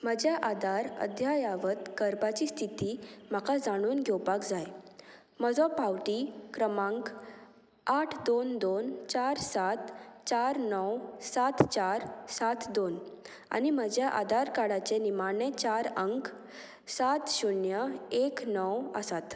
म्हज्या आदार अध्यायावत करपाची स्थिती म्हाका जाणून घेवपाक जाय म्हजो पावटी क्रमांक आठ दोन दोन चार सात चार णव सात चार सात दोन आनी म्हज्या आदार काडाचें निमाणें चार अंक सात शुन्य एक णव आसात